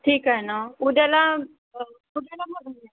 ठीक आहे ना उद्याला उद्याला भरूया